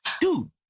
dude